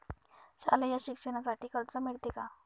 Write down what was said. शालेय शिक्षणासाठी कर्ज मिळते का?